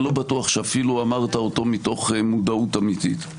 אני לא בטוח שאפילו אמרת אותו מתוך מודעות אמיתית.